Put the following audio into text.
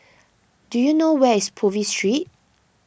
do you know where is Purvis Street